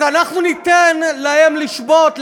אז אנחנו ניתן להם לשבות,